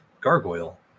Gargoyle